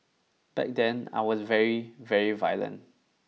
back then I was very very violent